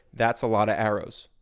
that's a lot of arrows.